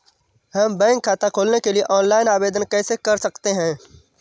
हम बैंक खाता खोलने के लिए ऑनलाइन आवेदन कैसे कर सकते हैं?